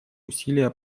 усилия